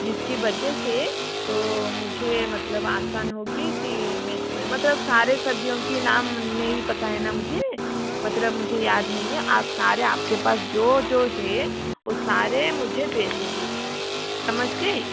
जिसकी वजह से तो मुझे मतलब आसान होगी कि मैं इसमें मतलब सारे सब्जियों के नाम नहीं पता हैं ना मुझे मतलब मुझे याद नहीं है आप सारे आपके पास जो जो है वो सारे मुझे दे दीजिए समझ गईं